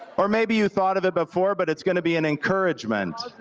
or maybe you thought of it before but it's gonna be an encouragement,